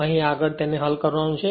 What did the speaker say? અહીં આગળ તેને હલ કરવાનું છે